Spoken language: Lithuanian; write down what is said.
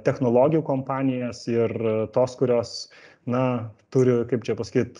technologijų kompanijas ir tos kurios na turi kaip čia pasakyt